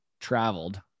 traveled